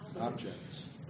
Objects